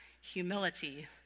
humility